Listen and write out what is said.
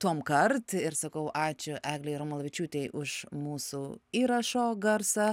tuom kart ir sakau ačiū eglei romulavičiūtei už mūsų įrašo garsą